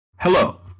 Hello